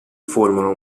formano